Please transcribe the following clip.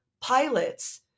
pilots